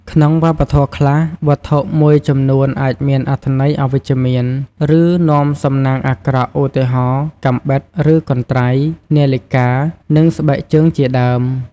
ក្នុងវប្បធម៌ខ្លះ វត្ថុមួយចំនួនអាចមានអត្ថន័យអវិជ្ជមាន ឬនាំសំណាងអាក្រក់ ឧទាហរណ៍ កាំបិត ឬកន្ត្រៃ នាឡិកា និងស្បែកជើងជាដើម។